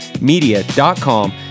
media.com